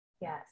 Yes